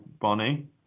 Bonnie